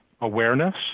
awareness